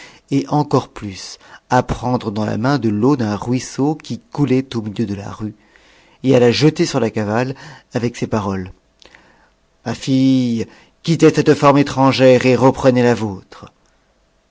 et encore plus à prendre dans la main de l'eau d'un ruisseau qui coulait au milieu de la rue et à la jeter sur la cavale avec ces paroles ma fille quittez cette forme étrangère et reprenez la vôtre